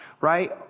Right